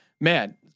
man